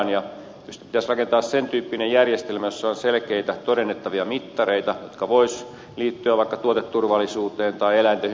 tietysti pitäisi rakentaa sen tyyppinen järjestelmä jossa on selkeitä todennettavia mittareita jotka voisivat liittyä vaikka tuoteturvallisuuteen tai eläinten hyvinvointiin tai ympäristönsuojeluun